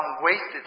wasted